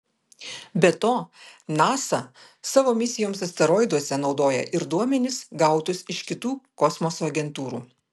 be to nasa savo misijoms asteroiduose naudoja ir duomenis gautus iš kitų kosmoso agentūrų